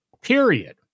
period